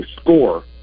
score